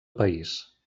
país